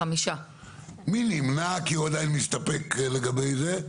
מי נמנע, כי הוא עדיין מסתפק לגבי זה?